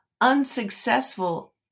unsuccessful